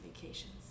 vacations